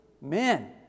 men